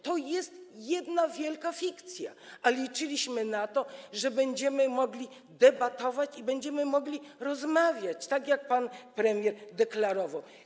To jest jedna wielka fikcja, a liczyliśmy na to, że będziemy mogli debatować i będziemy mogli rozmawiać, tak jak pan premier deklarował.